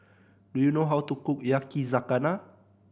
do you know how to cook Yakizakana